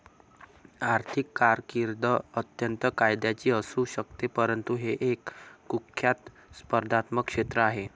आर्थिक कारकीर्द अत्यंत फायद्याची असू शकते परंतु हे एक कुख्यात स्पर्धात्मक क्षेत्र आहे